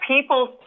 people